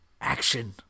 Action